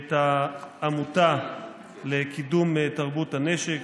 את העמותה לקידום תרבות הנשק,